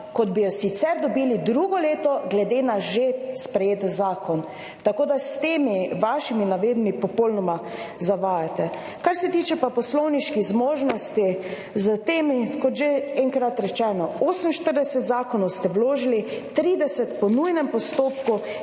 kot bi jo sicer dobili drugo leto glede na že sprejet zakon. Tako da s temi vašimi navedbami popolnoma zavajate. Kar se tiče pa poslovniških zmožnosti s temi, kot že enkrat rečeno, 48 zakonov ste vložili, 30 po nujnem postopku,